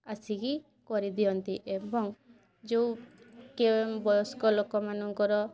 ଆସିକି କରିଦିଅନ୍ତି ଏବଂ ଯେଉଁ କେଉଁ ବୟସ୍କ ଲୋକମାନଙ୍କର